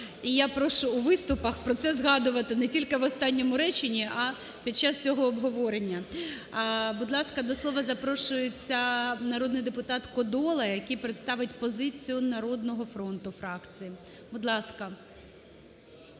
я прошу у виступах про це згадувати не тільки в останньому реченні, а під час всього обговорення. Будь ласка, до слова запрошується народний депутат Кодола, який представить позицію "Народного фронту" фракцію. Будь ласка.